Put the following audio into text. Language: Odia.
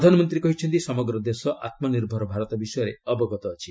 ପ୍ରଧାନମନ୍ତ୍ରୀ କହିଛନ୍ତି ସମଗ୍ର ଦେଶ ଆତ୍ମ ନିର୍ଭର ଭାରତ ବିଷୟରେ ଅବଗତ ଅଛି